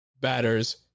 batters